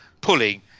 pulling